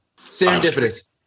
serendipitous